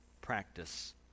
practice